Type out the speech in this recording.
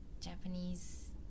Japanese